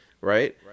right